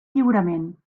lliurement